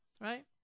right